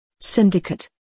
Syndicate